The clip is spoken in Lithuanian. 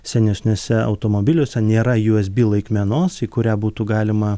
senesniuose automobiliuose nėra usb laikmenos į kurią būtų galima